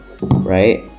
right